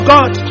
God